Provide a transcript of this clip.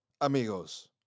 amigos